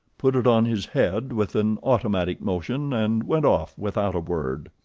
put it on his head with an automatic motion, and went off without a word.